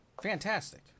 Fantastic